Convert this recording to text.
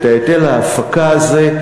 את היטל ההפקה הזה,